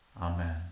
Amen